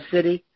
City